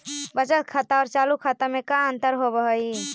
बचत खाता और चालु खाता में का अंतर होव हइ?